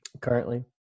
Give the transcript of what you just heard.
currently